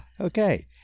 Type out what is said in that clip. Okay